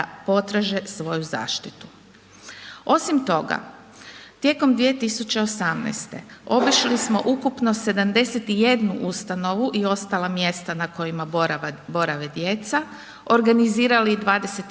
potraže svoju zaštitu. Osim toga, tijekom 2018. obišli smo ukupno 71 ustanovu i ostala mjesta na kojima borave djeca, organizirali 25